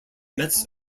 mets